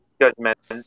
judgments